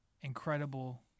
incredible